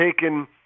taken